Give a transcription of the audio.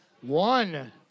One